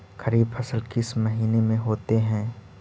खरिफ फसल किस महीने में होते हैं?